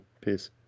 Peace